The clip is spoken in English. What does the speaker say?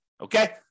Okay